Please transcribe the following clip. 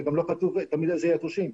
וגם לא כתוב תמיד איזה יתושים.